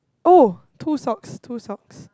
oh two socks two socks